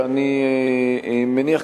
ואני מניח,